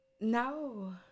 No